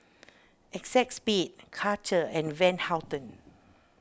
Acexspade Karcher and Van Houten